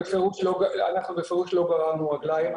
אנחנו בפירוש לא גררנו רגליים.